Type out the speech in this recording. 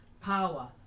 power